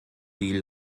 die